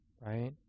right